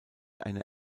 eine